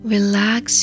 Relax